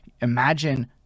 imagine